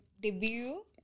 debut